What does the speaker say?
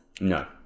No